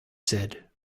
said